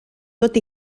tot